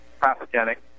pathogenic